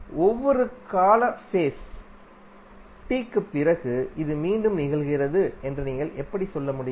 ஒவ்வொரு காலஃபேஸ் ம் T க்குப் பிறகு இது மீண்டும் நிகழ்கிறது என்று நீங்கள் எப்படி சொல்ல முடியும்